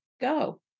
go